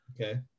Okay